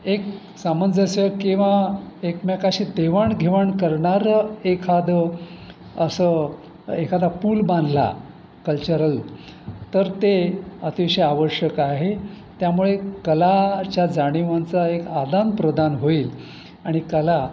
एक सामंजस्य किंवा एकमेकाशी देवाणघेवाण करणारं एखादं असं एखादा पुल बांधला कल्चरल तर ते अतिशय आवश्यक आहे त्यामुळे कलाच्या जाणीवांचा एक आदान प्रदान होईल आणि कला